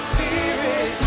Spirit